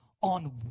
on